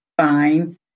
fine